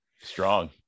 Strong